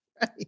Right